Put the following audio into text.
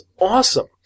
awesome